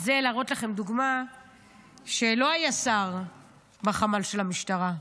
זה להראות לכם דוגמה שלא היה שר בחמ"ל של המשטרה.